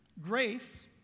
Grace